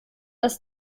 das